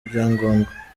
ibyangombwa